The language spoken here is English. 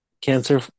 cancer